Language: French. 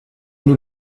nous